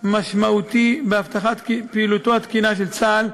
משמעותי בהבטחת פעילותו התקינה של צה"ל,